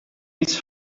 his